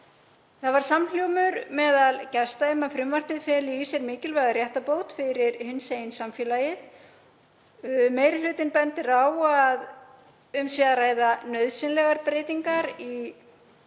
Það var samhljómur meðal gesta um að frumvarpið fæli í sér mikilvæga réttarbót fyrir hinsegin samfélagið. Meiri hlutinn bendir á að um sé að ræða nauðsynlegar breytingar í